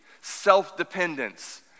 self-dependence